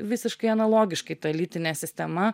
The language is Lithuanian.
visiškai analogiškai ta lytinė sistema